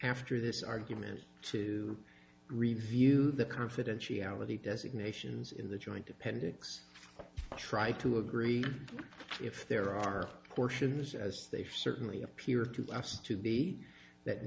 after this argument to review the confidentiality designations in the joint appendix try to agree if there are portions as they certainly appear to us to be that